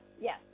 Yes